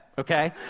okay